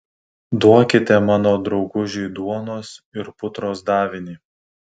duokite mano draugužiui duonos ir putros davinį